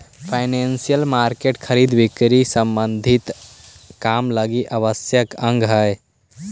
financial market खरीद बिक्री संबंधी काम लगी आवश्यक अंग हई